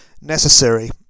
necessary